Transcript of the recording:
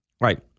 Right